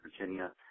Virginia